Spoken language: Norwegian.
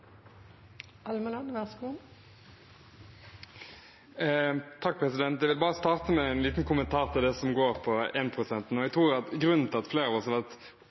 Jeg vil starte med en liten kommentar til det som går på énprosenten. Jeg tror grunnen til at flere av oss har lurt på det, har handlet om at hvis dette er et virkemiddel, hadde det vært